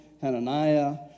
Hananiah